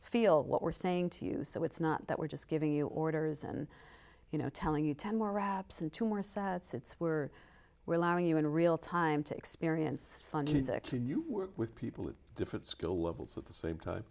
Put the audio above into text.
feel what we're saying to you so it's not that we're just giving you orders and you know telling you ten more raps and two more sets it's were we're allowing you in real time to experience with people of different skill levels at the same time